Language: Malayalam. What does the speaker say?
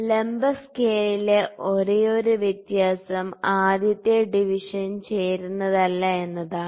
ലംബ സ്കെയിലിലെ ഒരേയൊരു വ്യത്യാസം ആദ്യത്തെ ഡിവിഷൻ ചേരുന്നതല്ല എന്നതാണ്